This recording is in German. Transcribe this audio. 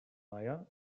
meier